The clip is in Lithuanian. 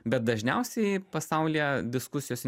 bet dažniausiai pasaulyje diskusijos